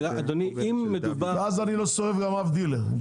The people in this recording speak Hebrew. וכך אני גם לא מסובב אף דילר.